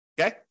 Okay